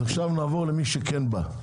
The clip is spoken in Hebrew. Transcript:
נעבור למי שכן בא.